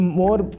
more